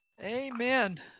Amen